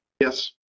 Yes